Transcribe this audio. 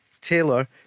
Taylor